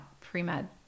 pre-med